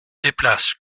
déplace